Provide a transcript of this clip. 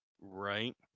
right